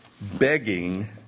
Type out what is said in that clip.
Begging